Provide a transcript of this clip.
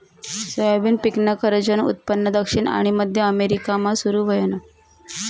soybean पिकनं खरंजनं उत्पन्न दक्षिण आनी मध्य अमेरिकामा सुरू व्हयनं